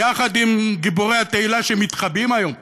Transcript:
עם גיבורי התהילה שמתחבאים היום,